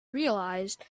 realized